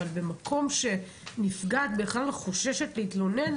אבל במקום שנפגעת בכלל חוששת להתלונן,